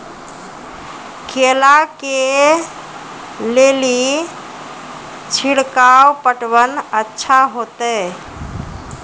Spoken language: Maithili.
केला के ले ली छिड़काव पटवन अच्छा होते?